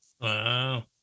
Wow